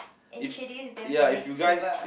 introduce them to Mitsuba